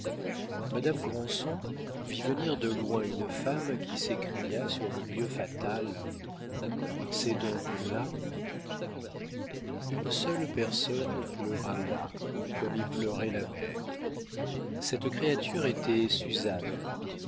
madame granson vit venir de loin une femme qui s'écria sur le lieu fatal c'est donc là une seule personne pleura là comme y pleurait la mère cette créature était suzanne